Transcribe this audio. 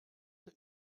der